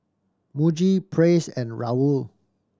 Muji Praise and Raoul